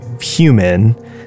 human